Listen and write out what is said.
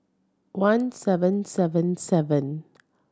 one seven seven seven